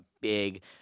big